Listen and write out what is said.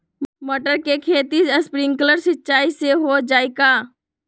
मटर के खेती स्प्रिंकलर सिंचाई से हो जाई का?